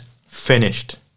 finished